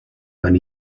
van